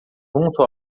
junto